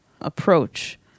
approach